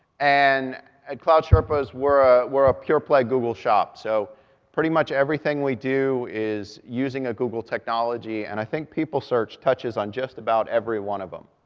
and at cloud sherpas, we're ah we're a pure-play google shop, so pretty much everything we do is using a google technology, and i think people search touches on just about every one of them.